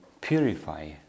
purify